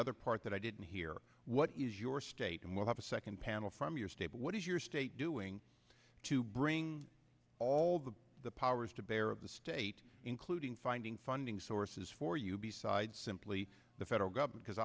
other part that i didn't hear what is your state and we'll have a second panel from your state what is your state doing to bring all the powers to bear of the state including finding funding sources for you besides simply the federal government because